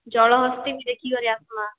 ଜଳହସ୍ତୀ ବି ଦେଖିକରି ଆସ୍ମା